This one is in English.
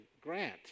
grant